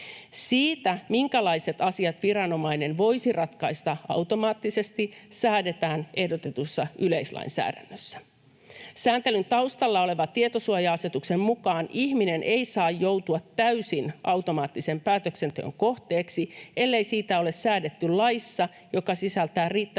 Siitä, minkälaiset asiat viranomainen voisi ratkaista automaattisesti, säädetään ehdotetussa yleislainsäädännössä. Sääntelyn taustalla olevan tietosuoja-asetuksen mukaan ihminen ei saa joutua täysin automaattisen päätöksenteon kohteeksi, ellei siitä ole säädetty laissa, joka sisältää riittävät